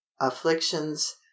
afflictions